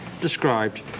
described